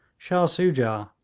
shah soojah,